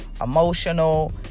emotional